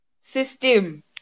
system